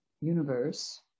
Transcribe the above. universe